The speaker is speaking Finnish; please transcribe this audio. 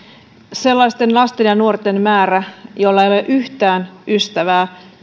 sellaisten lasten ja nuorten määrä joilla ei ole yhtään ystävää